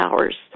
hours